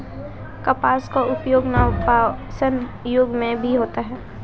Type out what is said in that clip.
कपास का उपयोग नवपाषाण युग में भी होता था